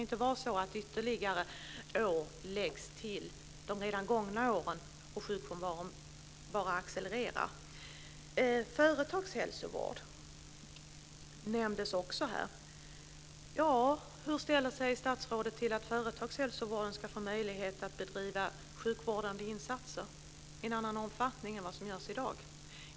Ytterligare år kan ju inte läggas till de redan gångna åren, och sjukfrånvaron kan ju inte bara accelerera. Företagshälsovården nämndes också. Hur ställer sig statsrådet till att företagshälsovården ska få möjlighet att bedriva sjukvårdande insatser i en annan omfattning än vad som görs i dag?